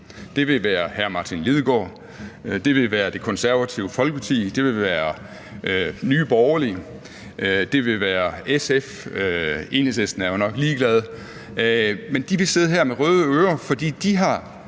det vil være Det Konservative Folkeparti, det vil være Nye Borgerlige, det vil være SF – Enhedslisten er jo nok ligeglade. De vil sidde her med røde ører, fordi de har